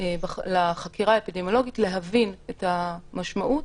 לחקירה האפידמיולוגית להבין את המשמעות,